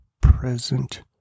present